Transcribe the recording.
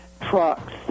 trucks